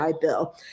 Bill